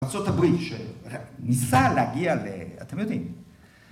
ארצות הברית שניסה להגיע, ואתם יודעים